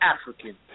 African